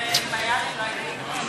גברתי היושבת-ראש,